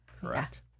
correct